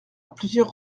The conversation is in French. plusieurs